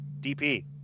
DP